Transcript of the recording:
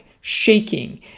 shaking